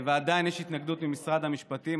עדיין יש התנגדות ממשרד המשפטים.